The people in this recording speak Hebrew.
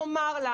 לומר לה,